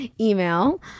email